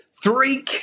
Three